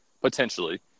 potentially